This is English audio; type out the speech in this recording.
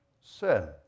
Sin